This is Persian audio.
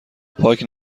پاک